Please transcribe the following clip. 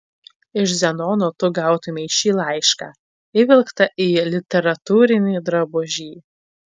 iš zenono tu gautumei šį laišką įvilktą į literatūrinį drabužį